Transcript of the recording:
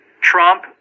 Trump